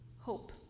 Hope